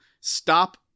stop